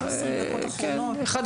אנחנו